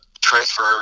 transfer